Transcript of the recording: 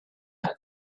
had